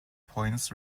points